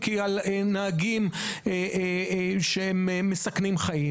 כי יש נהגים מסכנים חיים.